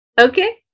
Okay